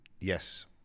Yes